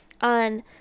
on